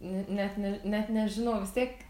ne net ne net nežinau vis tiek